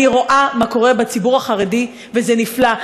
אני רואה מה קורה בציבור החרדי, וזה נפלא.